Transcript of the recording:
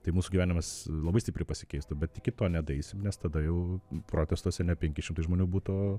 tai mūsų gyvenimas labai stipriai pasikeistų bet iki to nedarysim nes tada jau protestuose ne penki šimtai žmonių būtų